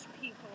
people